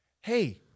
hey